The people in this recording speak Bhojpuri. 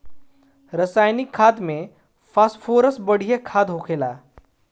रासायनिक खाद में फॉस्फोरस बढ़िया खाद होला